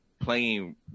playing